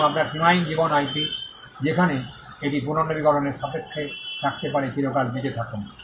এবং আপনার সীমাহীন জীবন আইপি যেখানে এটি পুনর্নবীকরণের সাপেক্ষে থাকতে পারে চিরকাল বেঁচে থাকুন